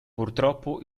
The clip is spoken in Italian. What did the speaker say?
purtroppo